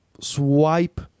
swipe